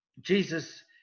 jesus